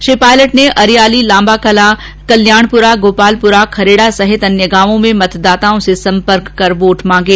श्री पायलट ने अरियाली लाम्बाकलां कल्याणपुरा गोपालपुरा खरेड़ा समेत अन्य गांवों में मतदाताओं से सम्पर्क कर वोट मांगे